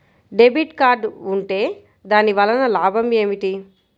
Debit card ఉంటే దాని వలన లాభం ఏమిటీ?